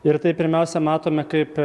ir tai pirmiausia matome kaip